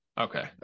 Okay